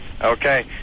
Okay